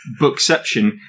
Bookception